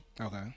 okay